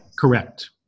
Correct